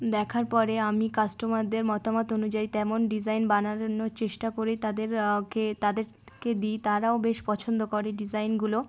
দেখার পরে আমি কাস্টমারদের মতামত অনুযায়ী তেমন ডিজাইন বানানোর চেষ্টা করে তাদেরকে তাদেরকে দিই তারাও বেশ পছন্দ করে ডিজাইনগুলো